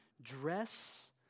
dress